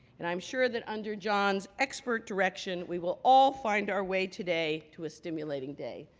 and i'm sure that under john's expert direction, we will all find our way today to a stimulating day.